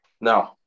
No